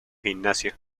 gimnasia